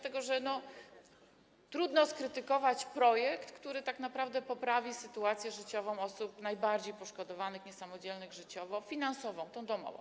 Trudno skrytykować projekt, który tak naprawdę poprawi sytuację życiową osób najbardziej poszkodowanych, niesamodzielnych życiowo, finansową, tę domową.